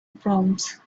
proms